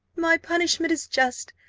my punishment is just!